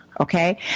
Okay